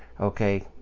okay